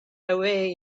away